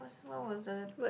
what was the